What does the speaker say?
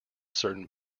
certain